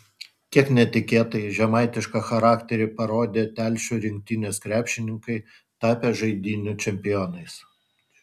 kiek netikėtai žemaitišką charakterį parodė telšių rinktinės krepšininkai tapę žaidynių čempionais